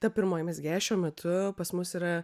ta pirmoji mezgėja šiuo metu pas mus yra